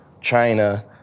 China